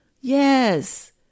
Yes